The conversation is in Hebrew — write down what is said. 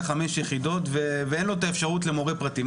חמש יחידות ואין לו את האפשרות למורה פרטי,